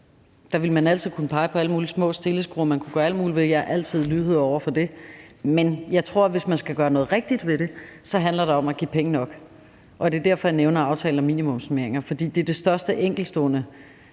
Der ville man altid kunne pege på alle mulige små skruer, man kunne stille på og gøre alt muligt ved. Jeg er altid lydhør over for det. Men jeg tror, at det, hvis man rigtig skal gøre noget ved det, handler om at give penge nok. Det er derfor, at jeg nævner aftalen om minimumsnormeringer, for det største enkeltstående